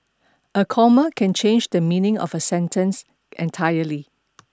a comma can change the meaning of a sentence entirely